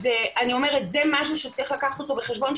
אז אני אומרת שזה משהו שצריך לקחת אותו בחשבון,